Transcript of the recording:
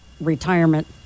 retirement